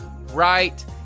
right